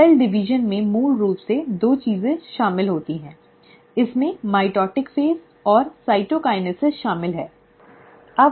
तो कोशिका विभाजन में मूल रूप से दो चीजें शामिल होती हैं इसमें माइटोटिक चरण और साइटोकिन्सिस शामिल हैं